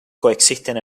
coexisten